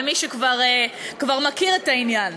למי שכבר מכיר את העניין.